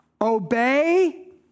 Obey